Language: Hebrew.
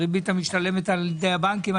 הריבית המשתלמת על ידי הבנקים.